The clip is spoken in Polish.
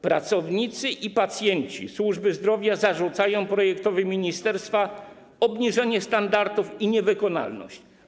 Pracownicy i pacjenci służby zdrowia zarzucają projektowi ministerstwa obniżenie standardów i niewykonalność.